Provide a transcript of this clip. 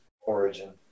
origin